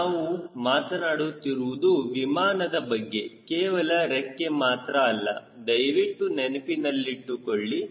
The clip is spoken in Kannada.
ನಾವು ಮಾತನಾಡುತ್ತಿರುವುದು ವಿಮಾನದ ಬಗ್ಗೆ ಕೇವಲ ರೆಕ್ಕೆ ಮಾತ್ರ ಅಲ್ಲ ದಯವಿಟ್ಟು ನೆನಪಿನಲ್ಲಿಟ್ಟುಕೊಳ್ಳಿ